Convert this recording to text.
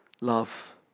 love